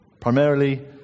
Primarily